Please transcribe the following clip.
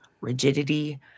Rigidity